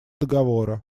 договора